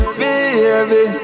baby